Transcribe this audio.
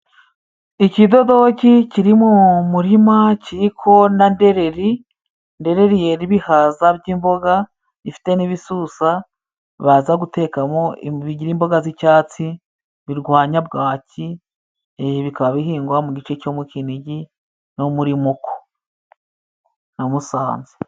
Ikidodoki kiri mu murima kiriko na ndereri, ndereri yera ibihaza by'imboga ifite n'ibisusa baza gutekamo, bigira imboga z'icyatsi birwanya bwaki, bikaba bihingwa mu gice cyo mu Kinigi no muri Muko na Musanze.